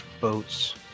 boats